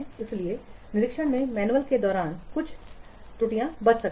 इसलिए निरीक्षण में मैनुअल के दौरान कुछ त्रुटियां बच सकती हैं